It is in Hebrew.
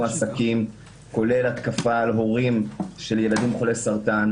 עסקים כולל התקפה על הורים של ילדים חולי סרטן,